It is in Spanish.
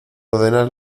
ordenas